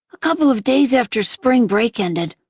a couple of days after spring break ended,